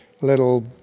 little